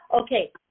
Okay